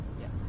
Yes